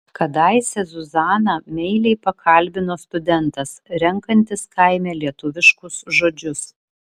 kadaise zuzaną meiliai pakalbino studentas renkantis kaime lietuviškus žodžius